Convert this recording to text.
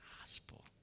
gospel